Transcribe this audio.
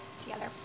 together